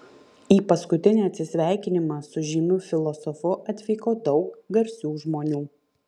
į paskutinį atsisveikinimą su žymiu filosofu atvyko daug garsių žmonių